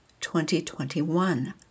2021